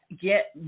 get